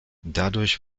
dadurch